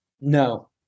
No